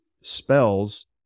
spells